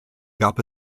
gab